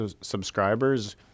subscribers